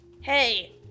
Hey